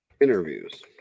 Interviews